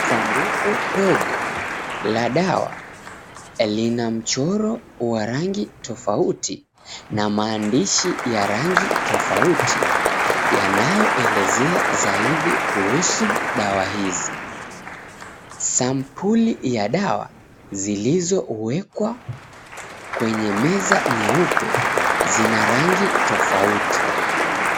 Sanduku dogo la dawa lina mchoro wa rangi tofauti na maandishi ya rangi tofauti yanayoelezea zaidi kuhusu dawa hizi. Sampuli ya dawa zilizowekwa kwenye meza nyeupe zina rangi tofauti.